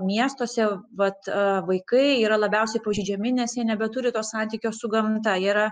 miestuose vat vaikai yra labiausiai pažeidžiami nes jie nebeturi to santykio su gamta jie yra